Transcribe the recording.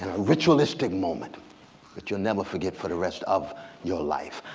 ritualistic moment that you'll never forget for the rest of your life.